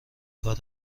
کار